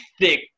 thick